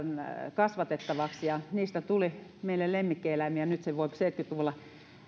kasvatettavaksi ja niistä tuli meille lemmikkieläimiä nyt sen seitsemänkymmentä luvulla